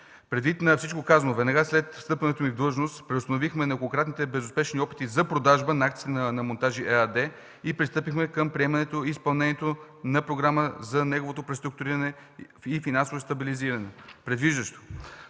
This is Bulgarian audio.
Предвид на всичко казано, веднага след встъпването ми в длъжност преустановихме неколкократните безуспешни опити за продажба на акции на „Монтажи” ЕАД и пристъпихме към приемането и изпълнението на програма за неговото преструктуриране и финансово стабилизиране, предвиждащо